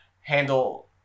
handle